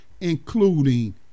including